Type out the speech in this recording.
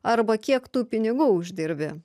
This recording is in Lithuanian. arba kiek tų pinigų uždirbi